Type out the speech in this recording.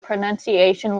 pronunciation